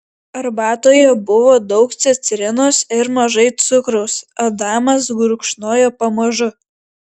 arbatoje buvo daug citrinos ir mažai cukraus adamas gurkšnojo pamažu